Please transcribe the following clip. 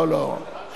לא, לא.